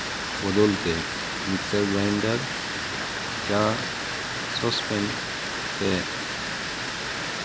ᱵᱚᱫᱚᱞ ᱛᱮ mixture grinder ᱪᱟ ᱥᱚᱥᱯᱮᱱ ᱥᱮ